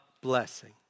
blessing